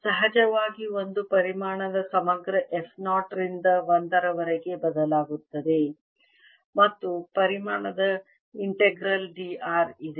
ಸಹಜವಾಗಿ ಒಂದು ಪರಿಮಾಣದ ಸಮಗ್ರ f 0 ರಿಂದ 1 ರವರೆಗೆ ಬದಲಾಗುತ್ತದೆ ಮತ್ತು ಪರಿಮಾಣದ ಇಂತೆಗ್ರಲ್ d r ಇದೆ